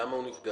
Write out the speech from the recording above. למה הוא נפגע?